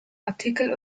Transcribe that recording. artikel